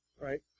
right